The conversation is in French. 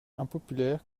impopulaire